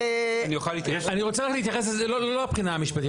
אני רוצה להתייחס לזה לא מהבחינה המשפטית,